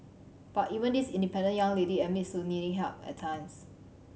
but even this independent young lady admits to needing help at times